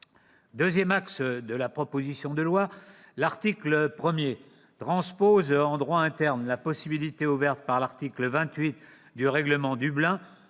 deuxième axe de cette proposition de loi. L'article 1 transpose en droit interne la possibilité ouverte par l'article 28 du règlement Dublin